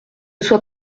sois